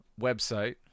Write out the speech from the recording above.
website